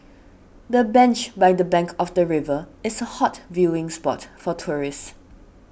the bench by the bank of the river is hot viewing spot for tourists